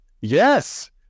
Yes